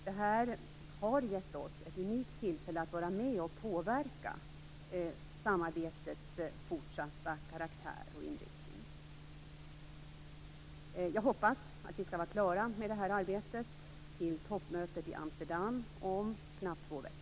Detta har gett Sverige ett unikt tillfälle att vara med och påverka samarbetets fortsatta karaktär och inriktning. Jag hoppas att vi skall vara klara med det här arbetet till toppmötet i Amsterdam om knappt två veckor.